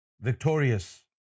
victorious